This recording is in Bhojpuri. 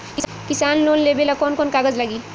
किसान लोन लेबे ला कौन कौन कागज लागि?